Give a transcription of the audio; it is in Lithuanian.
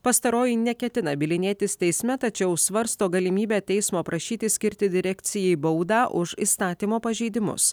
pastaroji neketina bylinėtis teisme tačiau svarsto galimybę teismo prašyti skirti direkcijai baudą už įstatymo pažeidimus